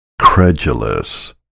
credulous